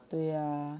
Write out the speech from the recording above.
对呀